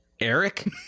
Eric